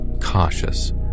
cautious